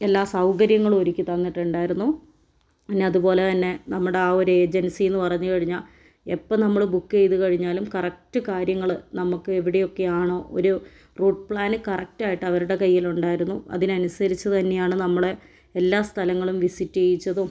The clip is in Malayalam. എല്ലാ സൗകര്യങ്ങളും ഒരുക്കിത്തന്നിട്ടുണ്ടായിരുന്നു പിന്നെ അതുപോലെ തന്നെ നമ്മുടെ ആ ഒരു ഏജൻസി എന്നു പറഞ്ഞുകഴിഞ്ഞാൽ എപ്പോൾ നമ്മള് ബുക്ക് ചെയ്ത് കഴിഞ്ഞാലും കറക്ട് കാര്യങ്ങള് നമുക്ക് എവിടെയൊക്കെയാണോ ഒരു റൂട്ട് പ്ളാൻ കറക്റ്റായിട്ട് അവരുടെ കയ്യിൽ ഉണ്ടായിരുന്നു അതിനനുസരിച്ചു തന്നെയാണ് നമ്മളെ എല്ലാ സ്ഥലങ്ങളും വിസിറ്റ് ചെയ്യിച്ചതും